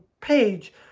page